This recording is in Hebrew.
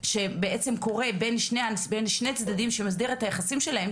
שבעצם קורה בין שני צדדים שמסדיר את היחסים שלהם,